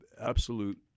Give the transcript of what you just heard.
absolute